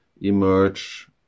emerge